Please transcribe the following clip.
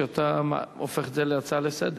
שאתה הופך את זה להצעה לסדר-היום.